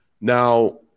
Now